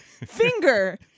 Finger